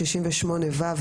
368ו,